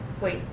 Wait